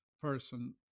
person